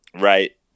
Right